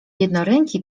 jednoręki